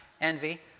envy